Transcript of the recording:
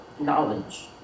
knowledge